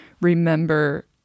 remember